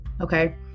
okay